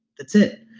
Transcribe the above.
that's it.